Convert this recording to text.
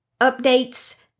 updates